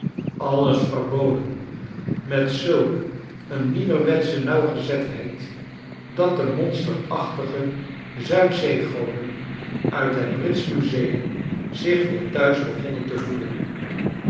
alles verboden met zulk een nieuwerwetsche nauwgezetheid dat de monsterachtige zuidzee goden uit het britsch museum zich weer thuis begonnen te voelen